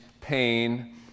pain